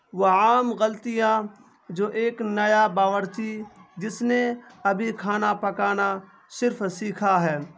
وہ عام غلطیاں جو ایک نیا باورچی جس نے ابھی کھانا پکانا صرف سیکھا ہے